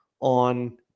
on